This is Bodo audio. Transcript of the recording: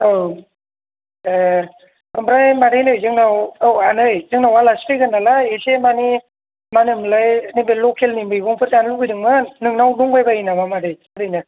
औ ए ओमफ्राय मादै नै जोंनाव औ आनै जोंनाव आलासि फैगोन नालाय एसे मानि मा होनोमोनलाय नैबे लखेलनि मैगंफोर जानो लुबैदोंमोन नोंनाव दंबायबायो नामा मादै ओरैनो